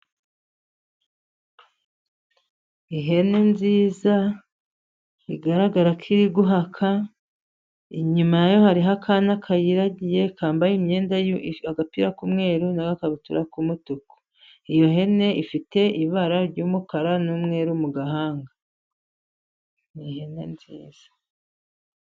Ihene nziza igaragara ko iri guhaka, inyuma yaho hariho akana kayiragiye kambaye imyenda agapira k'umweru, n'ikabutura y'umutuku. Iyo hene ifite ibara ry'umukara n'umweru mu gahanga. Ni ihene nziza.